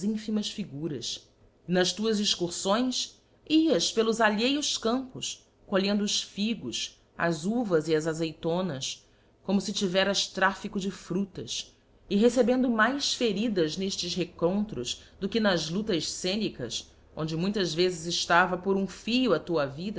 íiguras e nas tuas excurfões ias pelos alheios campos colhendo os figos as uvas e as azeitonas como fe tiveras trafico de fruftas e recebendo mais feridas n'eíles recontros do que nas ludas fcenicas onde muitas vezes eftava por um fio a tua